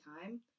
time